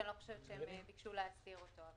שאני לא חושבת שהם ביקשו להסדיר אותו.